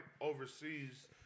overseas